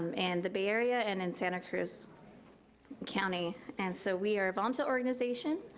um and the bay area, and in santa cruz county. and so, we are a volunteer organization,